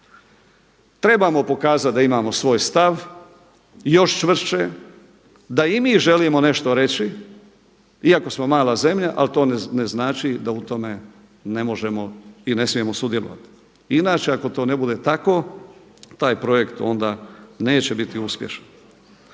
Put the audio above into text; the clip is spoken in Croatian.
Trebamo pokazati da imamo svoj stav još čvršće, da i mi želimo nešto reći iako smo mala zemlja, ali to ne znači da u tome ne možemo i ne smijemo sudjelovati. Inače, ako to ne bude tako taj projekt onda neće biti uspješan.